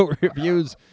reviews